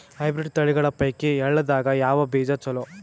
Hybrid ತಳಿಗಳ ಪೈಕಿ ಎಳ್ಳ ದಾಗ ಯಾವ ಬೀಜ ಚಲೋ?